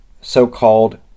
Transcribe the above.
so-called